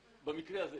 המספר.